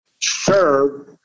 Serve